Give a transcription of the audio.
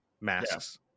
masks